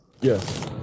Yes